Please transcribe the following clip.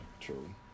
True